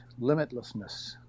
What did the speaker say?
limitlessness